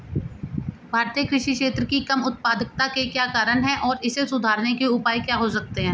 भारतीय कृषि क्षेत्र की कम उत्पादकता के क्या कारण हैं और इसे सुधारने के उपाय क्या हो सकते हैं?